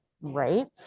right